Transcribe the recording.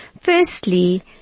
Firstly